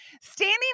standing